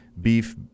beef